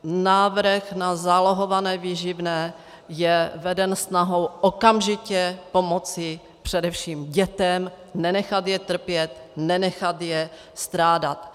Návrh na zálohované výživné je veden snahou okamžitě pomoci především dětem, nenechat je trpět, nenechat je strádat.